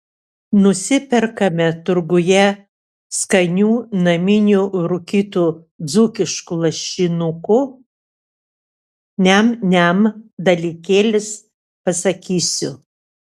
nusiperkame turguje skanių naminių rūkytų dzūkiškų lašinukų niam niam dalykėlis pasakysiu